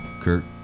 Kurt